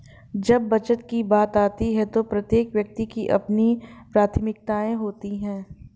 जब बचत की बात आती है तो प्रत्येक व्यक्ति की अपनी प्राथमिकताएं होती हैं